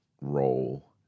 role